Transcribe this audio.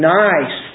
nice